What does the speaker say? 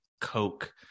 Coke